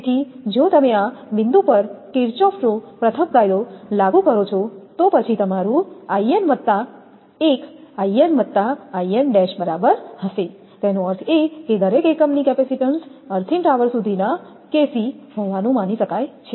તેથી જો તમે આ બિંદુ પર કિર્ફોફનો પ્રથમ કાયદો લાગુ કરો છો તો પછી તમારું 𝐼𝑛 1 𝐼𝑛 𝐼𝑛′ બરાબર હશે તેનો અર્થ એ કે દરેક એકમની કેપેસિટીન્સ અર્થીંગ ટાવર સુધીના kc હોવાનું માની શકાય છે